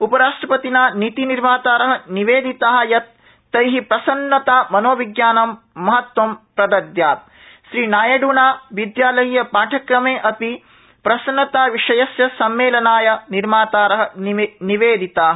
उपराष्ट्रपतिना नीति निर्मातार निवेदिता यत ा तै प्रसन्नतामनोविज्ञानं महत्वं प्रददयात श्रीनायड़ना विद्यालयीय पाठ्यक्रमे अपि प्रसन्नता विषयस्य सम्मेलनाय निर्मातार निवेदिता